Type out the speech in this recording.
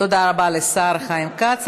תודה רבה לשר חיים כץ.